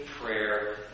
prayer